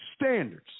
standards